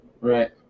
Right